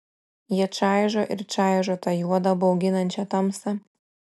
jie čaižo ir čaižo tą juodą bauginančią tamsą